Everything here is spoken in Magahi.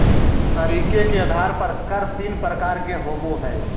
तरीके के आधार पर कर तीन प्रकार के होबो हइ